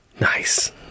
Nice